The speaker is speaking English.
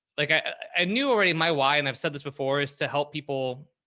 like i, i knew already my why. and i've said this before is to help people.